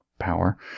power